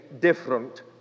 different